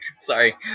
Sorry